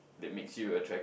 that makes you attract